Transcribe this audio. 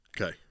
okay